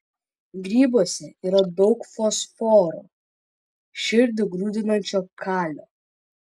grybuose yra daug fosforo širdį grūdinančio kalio